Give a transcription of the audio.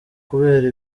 kubera